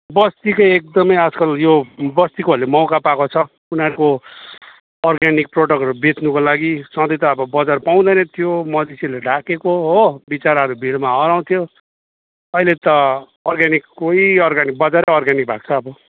बस्तीको एकदमै आजकल यो बस्तीकोहरूले मौका पाएको छ उनीहरूको अर्ग्यानिक प्रडक्टहरू बेच्नुको लागि सधैँ त अब बजार पाउँदैन थियो मदिसेहरूले ढाकेको हो विचराहरू भिडमा हराउँथ्यो अहिले त अर्ग्यानिककै अर्ग्यानिक बजारै अर्ग्यानिक भएको छ अब